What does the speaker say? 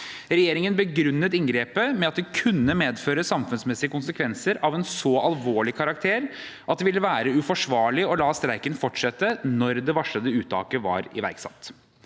Regjeringen begrunnet inngrepet med at det kunne medføre samfunnsmessige konsekvenser av en så alvorlig karakter at det ville være uforsvarlig å la streiken fortsette når det varslede uttaket var iverksatt.